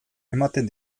ematen